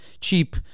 cheap